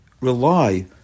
rely